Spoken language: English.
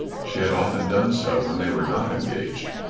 she had often done so when they were not engaged,